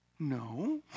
No